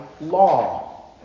law